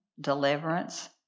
deliverance